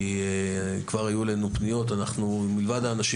כי כבר היו אלינו פניות מלבד האנשים